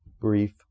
brief